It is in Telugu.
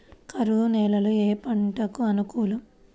కరువు నేలలో ఏ పంటకు అనుకూలం?